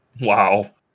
Wow